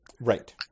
Right